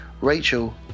Rachel